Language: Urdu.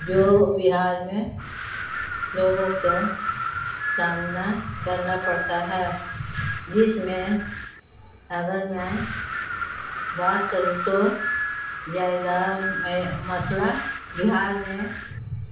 جو بہار میں لوگوں کو سامنا کرنا پڑتا ہے جس میں اگر میں بات کروں تو جائیداد میں مسئلہ بہار میں